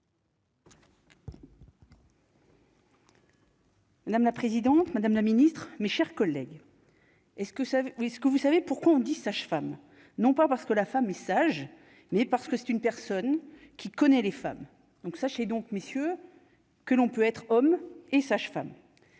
Madame la présidente, Madame la Ministre, mes chers collègues est-ce que ça oui, ce que vous savez pourquoi on dit sage-femme non pas parce que la femme est sage, mais parce que c'est une personne qui connaît les femmes, donc ça chez donc messieurs que l'on peut être homme et sage-femme